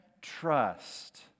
trust